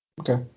Okay